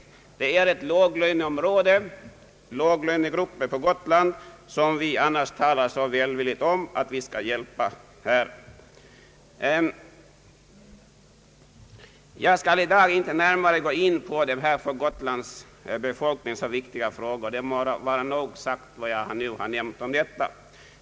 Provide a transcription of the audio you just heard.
Gotland är ett låglöneområde, och annars talar vi ju mycket välvilligt om att hjälpa låglönegrupperna. Jag skall i dag inte närmare gå in på dessa för Gotlands befolkning mycket viktiga frågor. Det jag nu nämnt må vara nog.